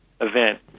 event